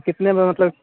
कितने बजे मतलब